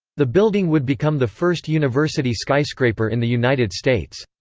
the building would become the first university skyscraper in the united states.